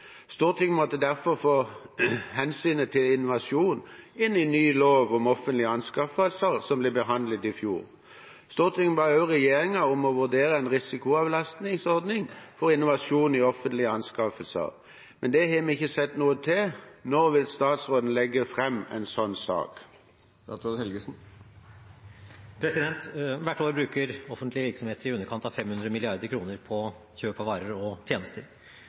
Stortinget måtte derfor få hensynet til innovasjon inn i loven om offentlige anskaffelser som vi behandlet i fjor. Stortinget ba også regjeringen om å vurdere en risikoavlastningsordning ved innovasjon i offentlige anskaffelser, men det har vi ikke sett noe til. Når vil statsråden legge frem en slik sak?» Hvert år bruker offentlige virksomheter i underkant av 500 mrd. kr på kjøp av varer og tjenester.